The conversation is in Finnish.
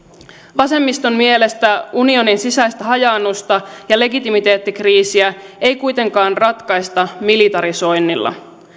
vasemmiston mielestä unionin sisäistä hajaannusta ja legitimiteettikriisiä ei kuitenkaan ratkaista militarisoinnilla